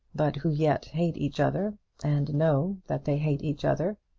but who yet hate each other and know that they hate each other.